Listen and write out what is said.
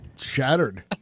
Shattered